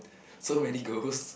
so many girls